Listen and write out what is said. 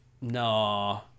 no